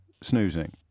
snoozing